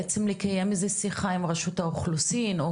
בעצם לקיים איזו שהיא שיחה עם רשות האוכלוסין וההגירה או